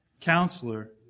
Counselor